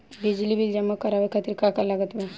बिजली बिल जमा करावे खातिर का का लागत बा?